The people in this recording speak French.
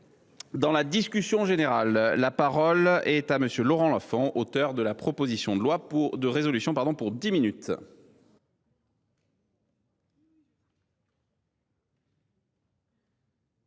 Dans la discussion générale, la parole est à M. Laurent Lafon, auteur de la proposition de résolution. Monsieur